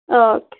okay